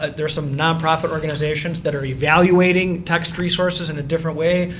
ah there's some nonprofit organizations that are evaluating text resources in a different way.